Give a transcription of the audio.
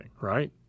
right